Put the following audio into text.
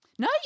No